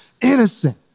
innocent